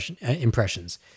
impressions